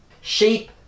Sheep